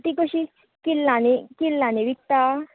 ती कशी किल्लांनीं किल्लांनीं विकता